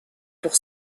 pour